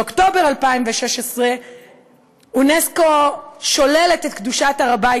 באוקטובר 2016 אונסק''ו שולל את קדושת הר הבית